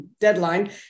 deadline